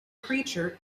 creature